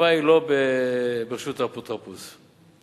התשובה אינה ברשות האפוטרופוס.